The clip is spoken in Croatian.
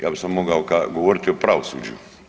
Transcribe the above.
Ja bi sad mogao govoriti o pravosuđu.